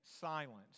silence